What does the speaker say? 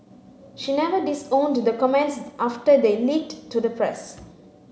she never disowned the comments after they leaked to the press